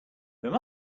there